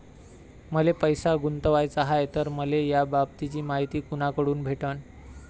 मले पैसा गुंतवाचा हाय तर मले याबाबतीची मायती कुनाकडून भेटन?